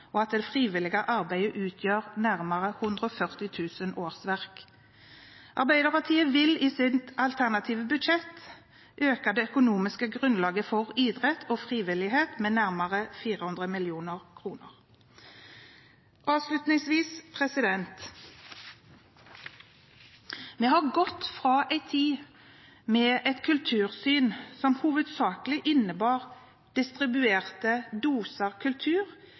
og at det frivillige arbeidet utgjør nærmere 140 000 årsverk. Arbeiderpartiet vil i sitt alternative budsjett øke det økonomiske grunnlaget for idrett og frivillighet med nærmere 400 mill. kr. Avslutningsvis: Vi har gått fra en tid med et kultursyn som hovedsakelig innebar distribuerte doser kultur